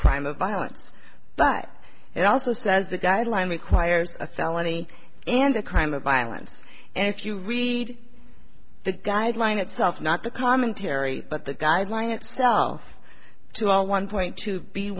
crime of violence but it also says the guideline requires a felony and a crime of violence and if you read the guideline itself not the commentary but the guideline itself to a one point to be